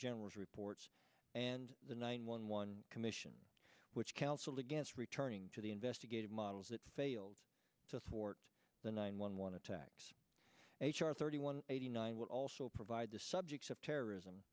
general's reports and the nine one one commission which counseled against returning to the investigative models that failed to thwart the nine one one attacks h r thirty one eighty nine would also provide the subjects of terrorism